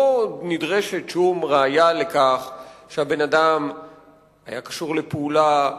לא נדרשת שום ראיה לכך שהאדם היה קשור לפעולה עבריינית,